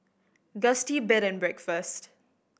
Gusti Bed and Breakfast